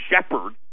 Shepard